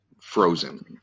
frozen